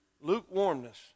Lukewarmness